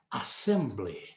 Assembly